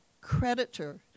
creditor